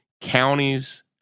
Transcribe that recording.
counties